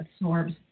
absorbs